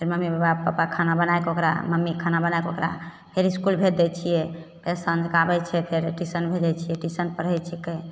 mummy papa खाना बनायके ओकरा मम्मी खाना बनायके ओकरा फेर इसकुल भेज दै छियै फेर साँझके आबय छै तऽ फेर ट्यूशन भेजय छियै ट्यूशन पढ़य छिकय